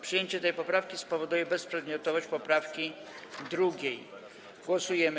Przyjęcie tej poprawki spowoduje bezprzedmiotowość poprawki 2. Głosujemy.